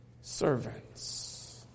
servants